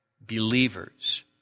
believers